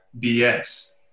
bs